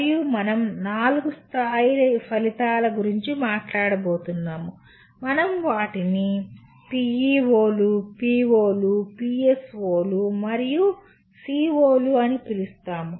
మరియు మనం 4 స్థాయి ఫలితాల గురించి మాట్లాడబోతున్నాము మనం వాటిని PEO లు PO లు PSO లు మరియు CO లు అని పిలుస్తాము